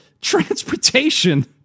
Transportation